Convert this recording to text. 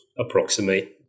approximate